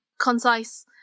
concise